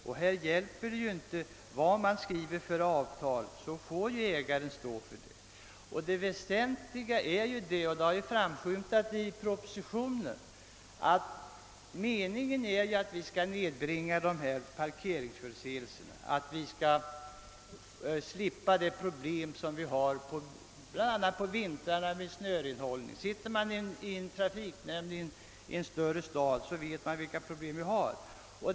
Och här hjälper det inte vad man skriver för avtal — ägaren får ändå stå för förseelsen. Meningen är — det har framskymtat i propositionen — att man skall kunna nedbringa antalet parkeringsförseelser och därmed lösa. de problem vi har bl.a. på vintern med snörenhållning. Sitter man i en trafik nämnd i en större stad så vet man vilka problem vi har med det.